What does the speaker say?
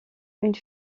une